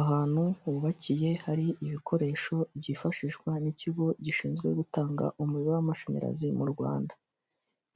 Ahantu hubakiye hari ibikoresho byifashishwa n'ikigo gishinzwe gutanga umuriro w'amashanyarazi mu Rwanda.